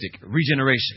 regeneration